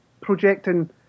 projecting